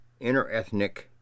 interethnic